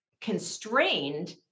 constrained